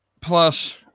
Plus